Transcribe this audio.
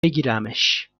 بگیرمش